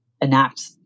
enact